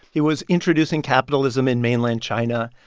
he was introducing capitalism in mainland china,